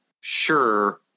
sure